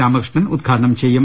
രാ മകൃഷ്ണൻ ഉദ്ഘാടനം ചെയ്യും